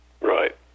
Right